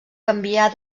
canviar